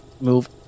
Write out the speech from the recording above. move